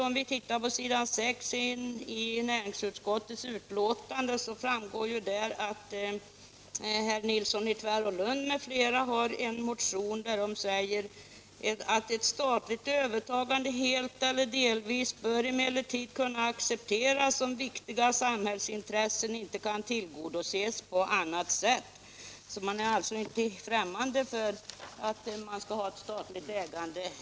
Om vi tittar på s. 6 i näringsutskottets betänkande framgår 'det att herr Nilsson i Tvärålund m.fl. i en motion säger: Ett statligt övertagande helt eller delvis bör emellertid kunna accepteras om viktiga samhällsintressen inte kan tillgodoses på annat sätt. Motionärerna är alltså inte främmande för ett statligt ägande.